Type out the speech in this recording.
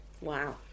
Wow